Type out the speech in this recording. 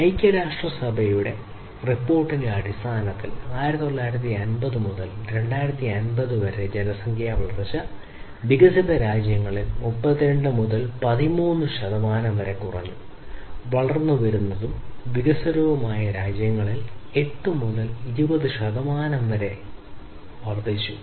ഐക്യരാഷ്ട്രസഭയുടെ റിപ്പോർട്ടിന്റെ അടിസ്ഥാനത്തിൽ 1950 മുതൽ 2050 വരെ ജനസംഖ്യാ വളർച്ച വികസിത രാജ്യങ്ങളിൽ 32 മുതൽ 13 ശതമാനം വരെ കുറഞ്ഞു വളർന്നുവരുന്നതും വികസ്വരവുമായ രാജ്യങ്ങളിൽ 8 മുതൽ 20 ശതമാനം വരെ വർദ്ധിച്ചു